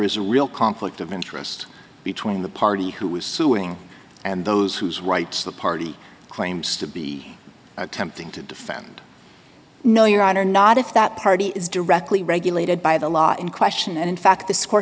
is a real conflict of interest between the party who is suing and those whose rights the party claims to be attempting to defend no your honor not if that party is directly regulated by the law in question and in fact th